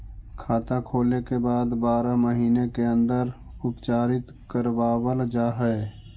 खाता खोले के बाद बारह महिने के अंदर उपचारित करवावल जा है?